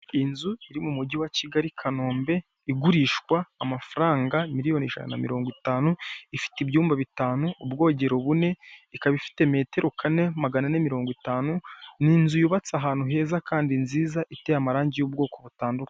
Inzu iri mu mugi wa Kigali I kanombe igurishwa, amafaranga miriyoni ijana na mirongo itanu, ifite ibyumba bitanu, ibyogero bune, ifite metero kare magana ane na mirongo itanu. Ni inzu yubatse ahantu heza Kandi nziza, isize amaragi y'ubwoko bu tandukanye.